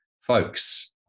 Folks